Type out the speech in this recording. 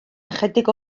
ychydig